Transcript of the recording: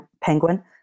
Penguin